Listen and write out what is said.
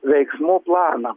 veiksmų planą